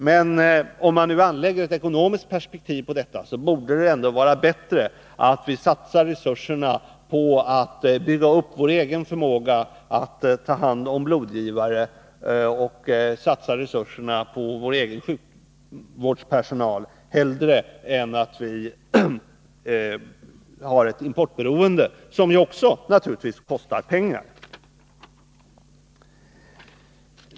Men om man ser det i ett ekonomiskt perspektiv, borde vi satsa resurserna på vår sjukvårdspersonal och bygga upp vår egen förmåga att ta hand om blodgivare hellre än att vi får ett importberoende, som naturligtvis också kostar pengar.